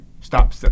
Stop